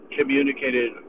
communicated